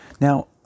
Now